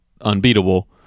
unbeatable